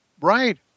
Right